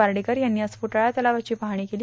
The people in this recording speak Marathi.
पार्डीकर यांनी आज फूटाळा तलावाची पाहणी केली